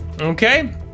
Okay